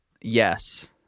Yes